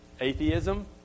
Atheism